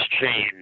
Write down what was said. change